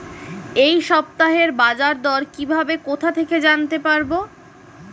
এই সপ্তাহের বাজারদর কিভাবে কোথা থেকে জানতে পারবো?